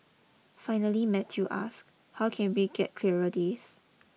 finally Matthew asks how can we get clearer days